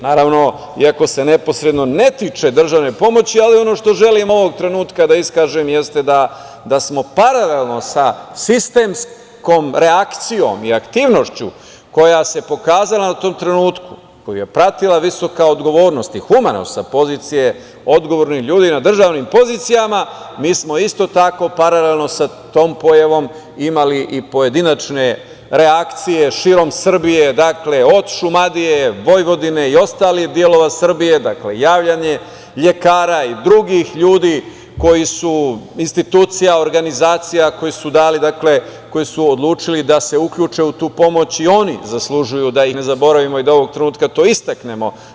Naravno, iako se neposredno ne tiče državne pomoći, ali ono što želim ovog trenutka da iskažem jeste da smo paralelno sa sistemskom reakcijom i aktivnošću koja se pokazala u tom trenutku, koju je pratila visoka odgovornost i humanost sa pozicije odgovornih ljudi na državnim pozicijama, mi smo isto tako paralelno sa tom pojavom imali i pojedinačne reakcije širom Srbije, od Šumadije, Vojvodine i ostalih delova Srbije, javljanje lekara i drugih ljudi, institucija, organizacija koje su odlučile da se uključe u tu pomoć i oni zaslužuju da ih ne zaboravimo i da ovog trenutka to istaknemo.